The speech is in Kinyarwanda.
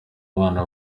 abana